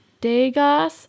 Degas